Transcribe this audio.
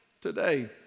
today